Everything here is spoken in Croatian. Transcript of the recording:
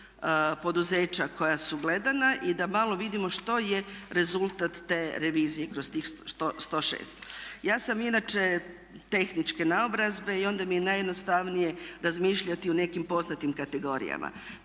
poduzeća koja su gledana i da malo vidimo što je rezultat te revizije kroz tih 106. Ja sam inače tehničke naobrazbe i onda mi je najjednostavnije razmišljati u nekim poznatim kategorijama.